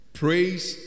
praise